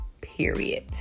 period